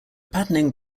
patterning